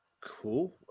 Cool